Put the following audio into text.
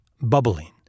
bubbling